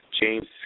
James